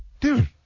dude